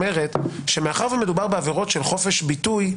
אומרת שמאחר ומדובר בעבירות של חופש ביטוי,